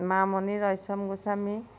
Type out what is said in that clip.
Mamoni Raisom Goswami